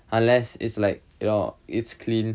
unless it's like ya it's clean